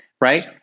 right